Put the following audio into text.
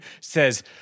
says